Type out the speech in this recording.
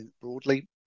broadly